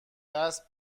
دست